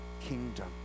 kingdom